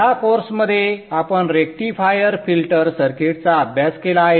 या कोर्समध्ये आपण रेक्टिफायर फिल्टर सर्किटचा अभ्यास केला आहे